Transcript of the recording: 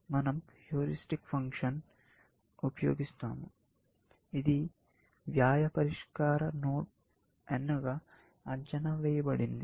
మనం heuristic function ఉపయోగిస్తాము ఇది వ్యయ పరిష్కార నోడ్ n గా అంచనా వేయబడింది